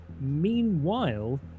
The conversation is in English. meanwhile